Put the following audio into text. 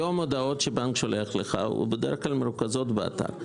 היום ההודעות שהבנק שולח לך הן בדרך כלל מרוכזות באתר.